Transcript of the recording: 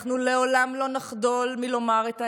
אנחנו לעולם לא נחדל מלומר את האמת.